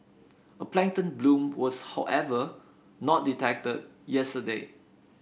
a plankton bloom was however not detected yesterday